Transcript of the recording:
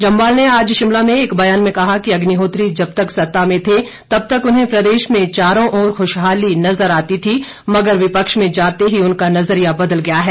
जम्वाल ने आज शिमला में एक ब्यान में कहा कि अग्निहोत्री जब तक सत्ता में थे तब तक उन्हें प्रदेश में चारों ओर खुशहाली नजर आती थी मगर विपक्ष में जाते ही उनका नजरिया बदल गया है